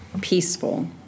peaceful